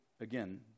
again